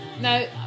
No